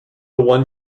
one